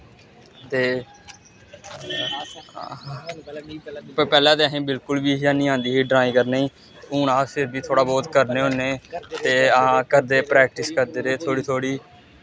ते पैह्लें ते असें बिलकुल बी ही हैनी औंदी ही ड्राईंग करने ई ते हून अस फ्ही बी थोह्ड़ा बोह्त करने होन्ने ते हां करदे प्रैकटिस करदे रेह् थोह्ड़ी थोह्ड़ी